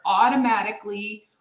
automatically